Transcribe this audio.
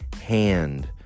hand